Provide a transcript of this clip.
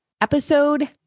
episode